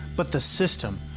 but the system.